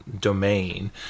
domain